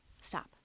stop